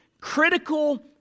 critical